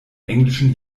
englischen